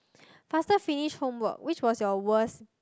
faster finish homework which was your worst